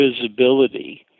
visibility